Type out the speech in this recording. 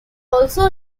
also